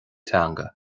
teanga